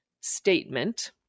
statement